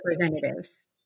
Representatives